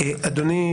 אדוני,